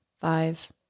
five